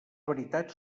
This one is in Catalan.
veritat